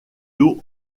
l’eau